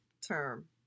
term